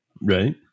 Right